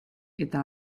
eta